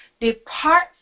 Depart